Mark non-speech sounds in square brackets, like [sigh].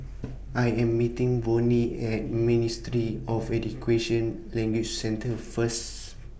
I Am meeting Vonnie At Ministry of [unintelligible] Language Center First